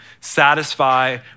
satisfy